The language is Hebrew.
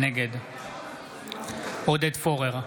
נגד עודד פורר,